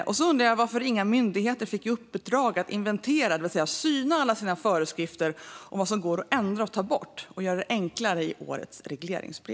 Jag undrar också varför inga myndigheter i årets regleringsbrev fick i uppdrag att inventera, det vill säga syna, alla sina föreskrifter för att se vad som går att ändra, ta bort eller göra enklare.